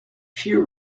few